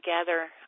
together